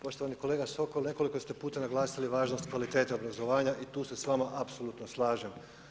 Poštovani kolega Sokol, nekoliko ste puta naglasili važnost kvalitete obrazovanja i tu se sa vama apsolutno slažem.